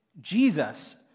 Jesus